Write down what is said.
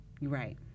right